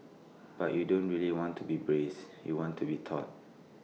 but you don't really want to be braced you want to be taut